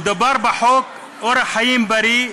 מדובר בחוק אורח חיים בריא,